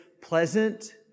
pleasant